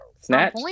Snatch